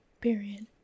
period